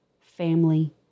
family